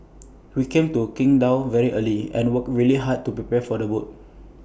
we came to Qingdao very early and worked really hard to prepare the boat